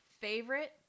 Favorite